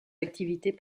activités